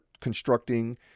constructing